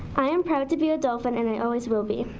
i am proud to be a dolphin and i always will be.